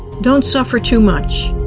don't suffer too much.